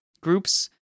groups